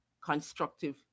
constructive